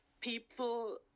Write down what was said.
people